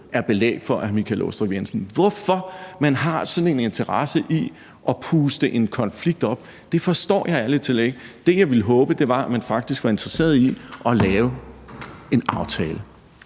er belæg for. Hvorfor man har sådan en interesse i at puste en konflikt op, forstår jeg ærlig talt ikke. Det,